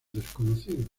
desconocidos